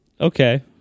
okay